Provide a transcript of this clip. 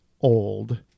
old